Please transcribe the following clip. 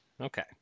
Okay